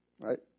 Right